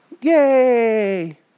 yay